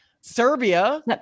Serbia